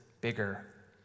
bigger